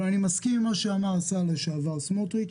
אבל אני מסכים עם מה שאמר השר לשעבר סמוטריץ',